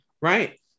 Right